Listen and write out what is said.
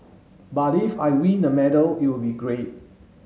but if I win a medal it would be great